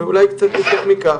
ואולי קצת יותר מכך,